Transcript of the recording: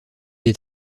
est